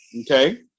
Okay